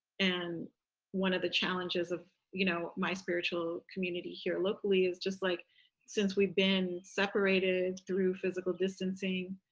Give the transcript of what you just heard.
and one of the challenges of, you know, my spiritual community here locally is just like since we've been separated through physical distancing,